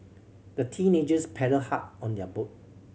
the teenagers paddled hard on their boat